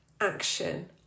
action